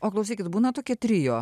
o klausykit būna tokie trio